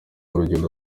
urugendo